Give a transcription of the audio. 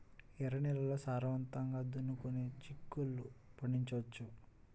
ఎర్ర నేలల్లో సారవంతంగా దున్నుకొని చిక్కుళ్ళు పండించవచ్చు